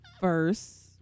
first